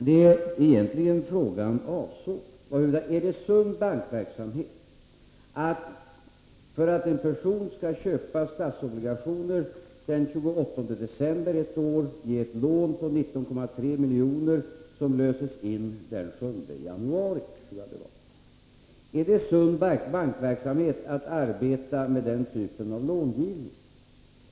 Det frågan egentligen avsåg var: Är det sund bankverksamhet att för att en person skall köpa statsobligationer ge ett lån på 19,3 milj.kr. den 28 december ett år som löses in den 7 januari nästa år? Är det sund bankverksamhet att arbeta med den typen av långivning?